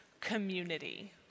community